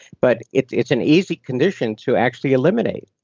but it's it's an easy condition to actually eliminate